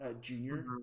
junior